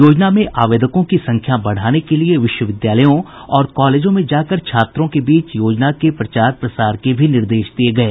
योजना में आवेदकों की संख्या बढ़ाने के लिए विश्वविद्यालयों और कॉलेजों में जाकर छात्रों के बीच योजना के प्रचार प्रसार के भी निर्देश दिये गये